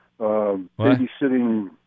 babysitting